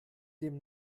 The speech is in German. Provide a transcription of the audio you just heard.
dem